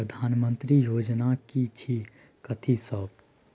प्रधानमंत्री योजना की चीज कथि सब?